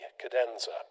cadenza